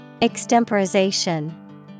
Extemporization